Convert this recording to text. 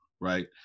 Right